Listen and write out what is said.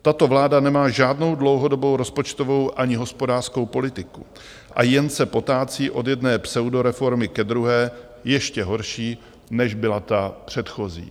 Tato vláda nemá žádnou dlouhodobou rozpočtovou ani hospodářskou politiku a jen se potácí od jedné pseudoreformy ke druhé, ještě horší, než byla ta předchozí.